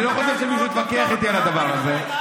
אתה מדבר על אימהות עובדות.